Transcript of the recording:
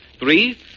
Three